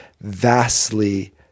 vastly